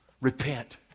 Repent